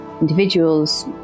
individuals